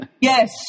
yes